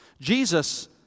Jesus